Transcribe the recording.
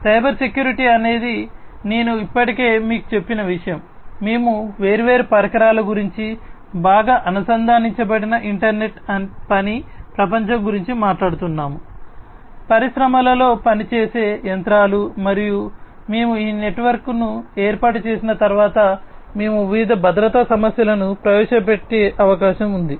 cyber security అనేది నేను ఇప్పటికే మీకు చెప్పిన విషయం మేము వేర్వేరు పరికరాల గురించి బాగా అనుసంధానించబడిన ఇంటర్నెట్ పని ప్రపంచం గురించి మాట్లాడుతున్నాము పరిశ్రమలో పనిచేసే యంత్రాలు మరియు మేము ఈ నెట్వర్క్ను ఏర్పాటు చేసిన తర్వాత మేము వివిధ భద్రతా సమస్యలను ప్రవేశపెట్టే అవకాశం ఉంది